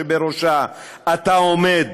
שבראשה אתה עומד,